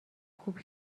خوب